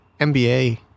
MBA